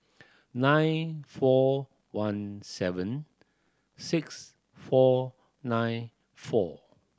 nine four one seven six four nine four